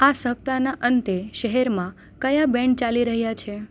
આ સપ્તાહના અંતે શહેરમાં કયાં બેન્ડ ચાલી રહ્યાં છે